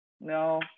no